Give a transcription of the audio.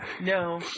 No